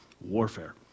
warfare